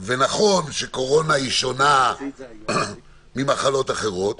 נכון שקורונה שונה ממחלות אחרות.